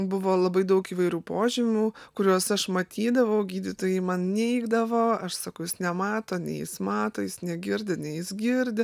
buvo labai daug įvairių požymių kuriuos aš matydavau gydytojai man neigdavo aš sakau jis nemato ne jis mato jis negirdi ne jis girdi